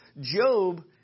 Job